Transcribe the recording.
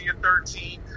13